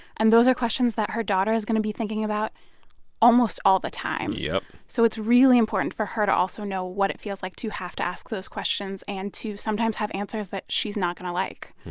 and those are questions that her daughter is going to be thinking about almost all the time. yeah so it's really important for her to also know what it feels like to have to ask those questions and to sometimes have answers that she's not going to like